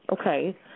okay